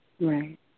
Right